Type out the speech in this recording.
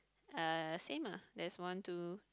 uh same ah there's one two